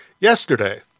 Yesterday